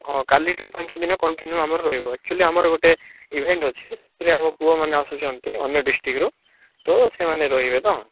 ହଁ କାଲିଠୁ ପାଞ୍ଚଦିନ କଣ୍ଟିନିୟୁ ଆମର ରହିବ ଆକ୍ଚୁଆଲି ଆମର ଗୋଟେ ଇଭେଣ୍ଟ ଅଛି ସେଥିରେ ଆମ ପୁଅମାନେ ଆସୁଛନ୍ତି ଅନ୍ୟ ଡିଷ୍ଟ୍ରିକ୍ଟ୍ରୁ ତ ସେମାନେ ରହିବେ ତ